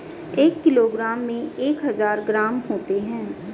एक किलोग्राम में एक हजार ग्राम होते हैं